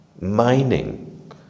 mining